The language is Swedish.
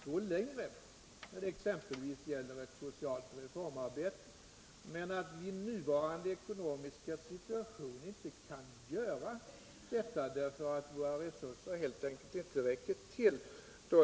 På vissa punkter, exempelvis när det gäller ett socialt reformarbete, skulle vi vilja gå längre, men i nuvarande ekonomiska situation kan vi inte göra det, därför att våra resurser helt enkelt inte räcker till.